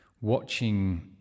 watching